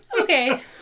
Okay